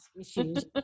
issues